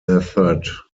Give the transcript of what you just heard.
method